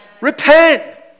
Repent